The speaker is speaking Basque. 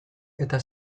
eta